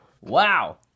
wow